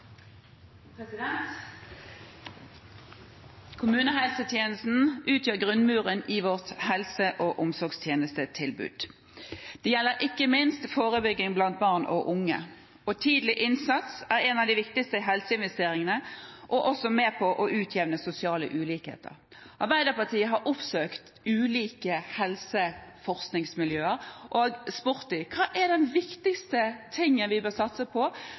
Kommunehelsetjenesten utgjør grunnmuren i vårt helse- og omsorgstjenestetilbud. Det gjelder ikke minst forebygging blant barn og unge. Tidlig innsats er en av de viktigste helseinvesteringene og er også med på å utjevne sosiale ulikheter. Arbeiderpartiet har oppsøkt ulike helseforskningsmiljøer og spurt dem hva som er den viktigste tingen vi bør satse på